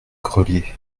grelier